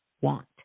want